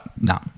no